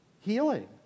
Healing